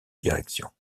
directions